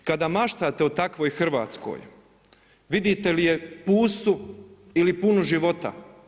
Kada maštate o takvoj Hrvatskoj vidite li je pustu i ili punu života?